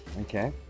Okay